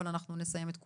אבל אנחנו נסיים את כולם.